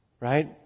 right